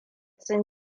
sun